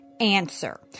answer